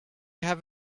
have